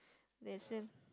they same